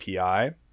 API